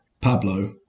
Pablo